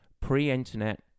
pre-Internet